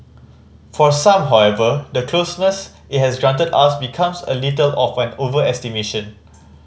for some however the closeness it has granted us becomes a little of an overestimation